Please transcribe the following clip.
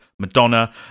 Madonna